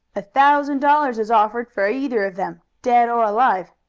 a thousand dollars is offered for either of them, dead or alive.